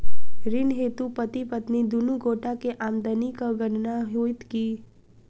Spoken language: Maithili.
ऋण हेतु पति पत्नी दुनू गोटा केँ आमदनीक गणना होइत की?